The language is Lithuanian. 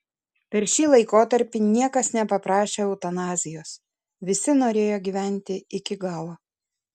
per šį laikotarpį niekas nepaprašė eutanazijos visi norėjo gyventi iki galo